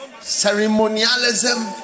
ceremonialism